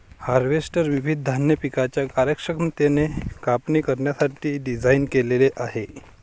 harvester विविध धान्य पिकांची कार्यक्षमतेने कापणी करण्यासाठी डिझाइन केलेले आहे